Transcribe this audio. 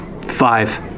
five